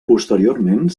posteriorment